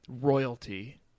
royalty